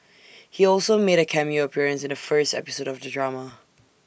he also made A cameo appearance in the first episode of the drama